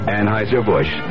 Anheuser-Busch